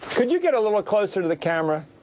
could you get a little closer to the camera?